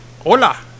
Hola